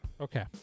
Okay